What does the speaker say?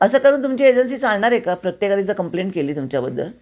असं करून तुमची एजन्सी चालणार आहे का प्रत्येकानी जर कंप्लेट केली तुमच्याबद्दल